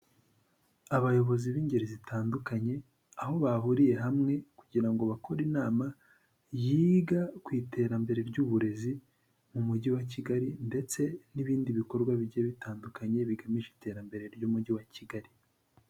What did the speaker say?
Abayobozi b'ingeri zitandukanye, aho bahuriye hamwe kugira ngo bakore inama yiga ku iterambere ry'uburezi mu mujyi wa Kigali ndetse n'ibindi bikorwa bigiye bitandukanye bigamije iterambere ry'Umujyi wa Kigali.